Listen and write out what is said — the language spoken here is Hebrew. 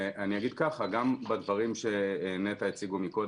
גם בדברים שנת"ע הציגו ק ודם,